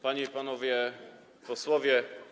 Panie i Panowie Posłowie!